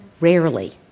rarely